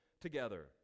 together